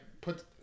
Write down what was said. put